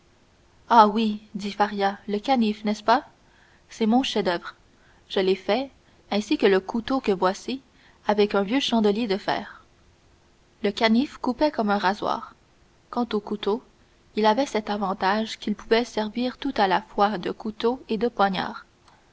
ah oui dit faria le canif n'est-ce pas c'est mon chef-d'oeuvre je l'ai fait ainsi que le couteau que voici avec un vieux chandelier de fer le canif coupait comme un rasoir quant au couteau il avait cet avantage qu'il pouvait servir tout à la fois de couteau et de poignard